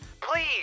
please